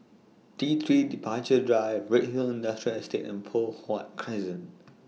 T three Departure Drive Redhill Industrial Estate and Poh Huat Crescent